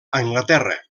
anglaterra